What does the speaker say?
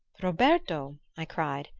roberto! i cried,